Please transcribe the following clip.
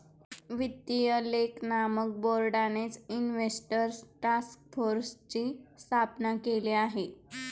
वित्तीय लेख मानक बोर्डानेच इन्व्हेस्टर टास्क फोर्सची स्थापना केलेली आहे